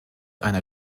einer